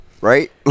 Right